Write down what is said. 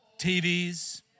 TVs